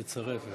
תצרף,